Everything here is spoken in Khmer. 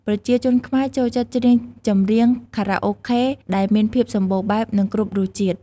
ប្រជាជនខ្មែរចូលចិត្តច្រៀងចម្រៀងខារ៉ាអូខេដែលមានភាពសម្បូរបែប និងគ្រប់រសជាតិ។